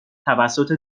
توسط